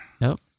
Nope